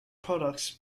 products